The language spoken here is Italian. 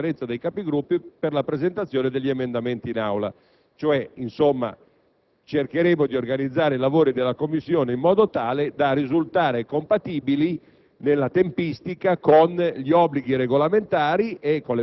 compatibile con quello determinato all'unanimità dalla Conferenza dei Capigruppo per la presentazione degli emendamenti in Aula. Insomma, cercheremo di organizzare i lavori della Commissione in modo tale da risultare compatibili